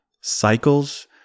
Cycles